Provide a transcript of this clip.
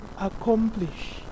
accomplish